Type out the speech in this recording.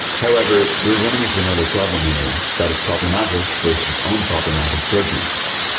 however, we are running into another problem here. that of problematic versus unproblematic drug use.